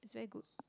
it's very good